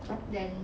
then